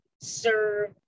serve